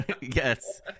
Yes